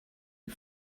you